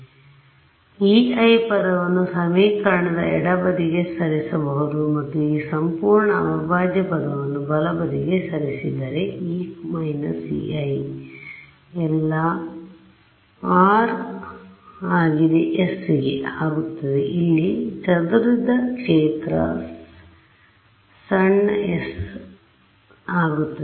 ಆದ್ದರಿಂದ ಈ Ei ಪದವನ್ನು ಸಮೀಕರಣದ ಎಡ ಬದಿಗೆ ಸರಿಸಬಹುದು ಮತ್ತು ಈ ಸಂಪೂರ್ಣ ಅವಿಭಾಜ್ಯ ಪದವನ್ನು ಬಲ ಬದಿಗೆ ಸರಿಸಿದರೆ E − Ei ಎಲ್ಲ r ∈ S ಗೆ s ಆಗುತ್ತದೆ ಇಲ್ಲಿ s ಚದುರಿದ ಕ್ಷೇತ್ರ ಸಣ್ಣ s ಸರಿ ಆಗುತ್ತದೆ